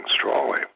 strongly